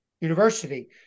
University